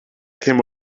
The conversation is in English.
came